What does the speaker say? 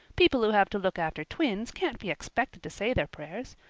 people who have to look after twins can't be expected to say their prayers.